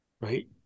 Right